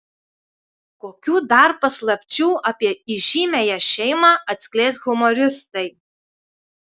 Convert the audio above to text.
kokių dar paslapčių apie įžymiąją šeimą atskleis humoristai